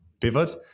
pivot